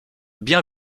bien